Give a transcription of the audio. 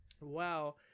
Wow